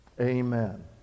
Amen